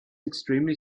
extremely